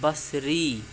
بصری